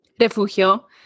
refugio